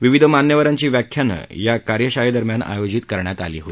विविध मान्यवरांची व्याख्यानंही कार्यशाळेदरम्यान आयोजित करण्यात आली आहेत